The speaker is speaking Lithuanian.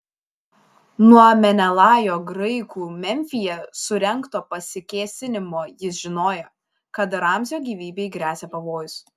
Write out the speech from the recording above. nuo menelajo graikų memfyje surengto pasikėsinimo jis žinojo kad ramzio gyvybei gresia pavojus